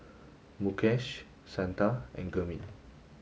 Mukesh Santha and Gurmeet